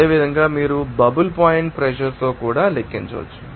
అదేవిధంగా మీరు bubble point ప్రెషర్తో కూడా లెక్కించవచ్చు